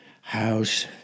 house